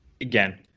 again